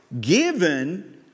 given